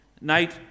night